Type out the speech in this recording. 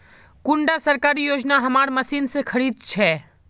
कुंडा सरकारी योजना हमार मशीन से खरीद छै?